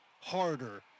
harder